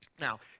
Now